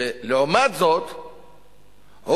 ולעומת זאת,